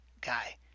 guy